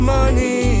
Money